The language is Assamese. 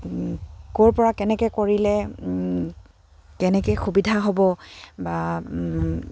ক'ৰ পৰা কেনেকৈ কৰিলে কেনেকৈ সুবিধা হ'ব বা